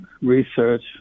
research